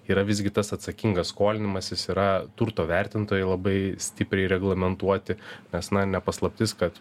yra visgi tas atsakingas skolinimasis yra turto vertintojai labai stipriai reglamentuoti nes na ne paslaptis kad